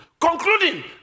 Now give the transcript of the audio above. concluding